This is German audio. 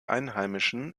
einheimischen